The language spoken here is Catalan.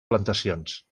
plantacions